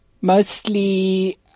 mostly